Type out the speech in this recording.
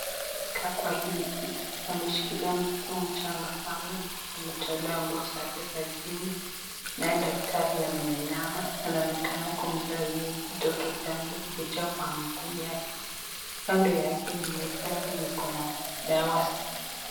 Mwenye ameketi kwa hili kiti ameshikilia mtoto mchanga sana ametolewa nguo zake za chini nae daktari ameinama anaonekana kumpea huyo mtoto chanjo kupitia kwa mguu yake, kando yake ni meza yenye iko na dawa.